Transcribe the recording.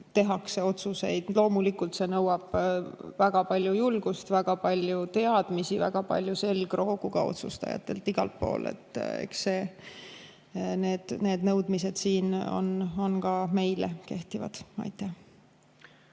tehakse ka otsuseid. Loomulikult nõuab see väga palju julgust, väga palju teadmisi, väga palju selgroogu otsustajatelt igal pool. Eks need nõudmised siin on ka meile kehtivad. See